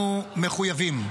אנחנו מחויבים,